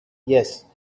yes